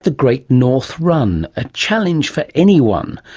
the great north run, a challenge for anyone,